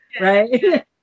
Right